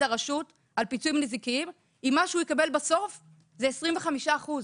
הרשות על פיצויים נזיקיים אם מה שהוא יקבל בסוף זה 25 אחוזים.